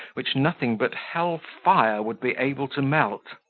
which nothing but hell fire would be able to melt.